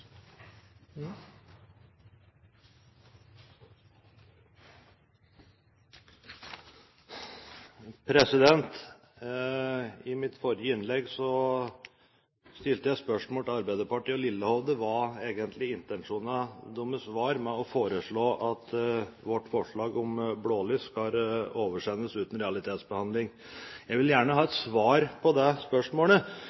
foreslår i dag? I mitt forrige innlegg stilte jeg spørsmål til Arbeiderpartiet og Lillehovde om hva intensjonene deres egentlig er med å foreslå at vårt forslag om blålys oversendes uten realitetsbehandling. Jeg vil gjerne ha